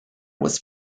was